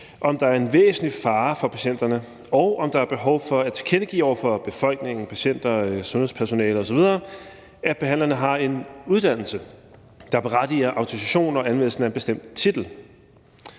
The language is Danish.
om der er en væsentlig fare for patienterne, og om der er behov for at tilkendegive over for befolkningen, patienter, sundhedspersonale osv., at behandlerne har en uddannelse, der berettiger autorisation og anvendelse af en bestemt titel.